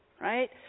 right